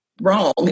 wrong